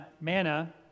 manna